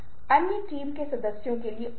लेकिन हम अभी से थोड़ी देर में उस पर आ जाएंगे